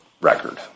record